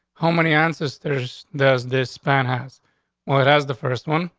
how many answers there's does? this span has what has the first one?